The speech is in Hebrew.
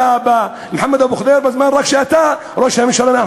מוחמד אבו ח'דיר, בזמן שאתה ראש הממשלה.